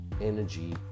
energy